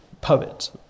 poet